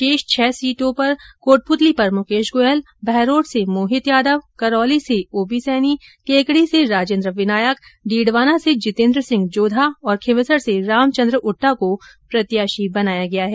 शेष छह सीटों कोटपूतली पर मुकेश गोयल बहरोड से मोहित यादव करौली से ओ पी सैनी केकडी से राजेन्द्र विनायक डीडवाना से जितेन्द्र सिंह जोधा और खींवसर से रामचन्द्र उट्टा को प्रत्याशी बनाया गया है